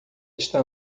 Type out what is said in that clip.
está